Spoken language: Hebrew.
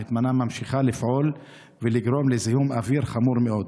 המטמנה ממשיכה לפעול ולגרום לזיהום אוויר חמור מאוד.